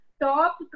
top